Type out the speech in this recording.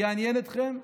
יעניין אתכם.